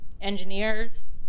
engineers